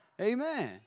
Amen